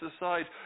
aside